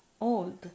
old